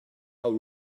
how